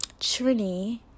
Trini